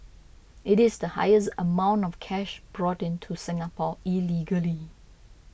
it is the highest amount of cash brought into Singapore illegally